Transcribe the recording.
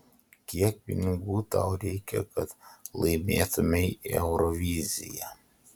kiek pinigų tau reikia kad laimėtumei euroviziją